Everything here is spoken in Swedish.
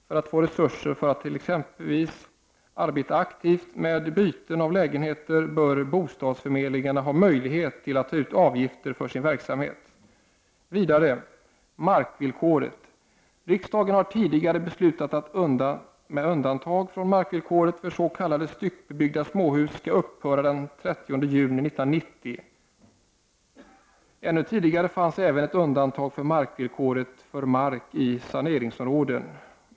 För att få resurser för att t.ex. arbeta aktivt med byten av lägenheter bör bostadsförmedlingarna ha möjlighet att ta ut avgifter för sin verksamhet. Vidare gäller det markvillkoret. Riksdagen har tidigare beslutat att undantag från markvillkoret för s.k. styckebyggda småhus skall upphöra den 30 juni 1990. Ännu tidigare fanns även ett undantag från markvillkoret för mark i saneringsområden.